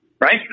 Right